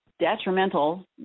Detrimental